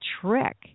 trick